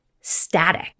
static